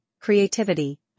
creativity